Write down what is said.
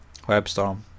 WebStorm